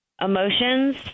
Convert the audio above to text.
emotions